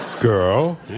girl